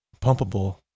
pumpable